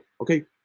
okay